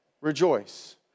rejoice